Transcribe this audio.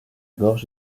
gorge